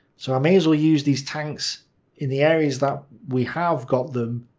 so i may as well use these tanks in the areas that we have got them